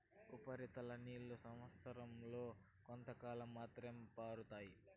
ఉపరితల నీరు సంవచ్చరం లో కొంతకాలం మాత్రమే పారుతాయి